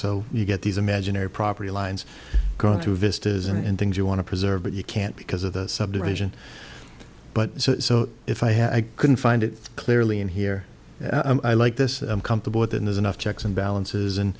so you get these imaginary property lines going through vistas and things you want to preserve but you can't because of the subdivision but so if i had i couldn't find it clearly in here i like this i'm comfortable with and there's enough checks and balances and